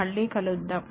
మళ్ళీ కలుద్దాం